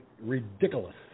ridiculous